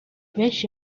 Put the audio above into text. benshi